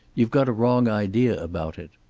you've got a wrong idea about it.